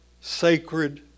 sacred